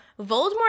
Voldemort